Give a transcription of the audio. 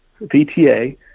VTA